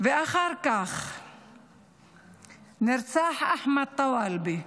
ואחר כך נרצחו אחמד טואלבה,